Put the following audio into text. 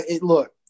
look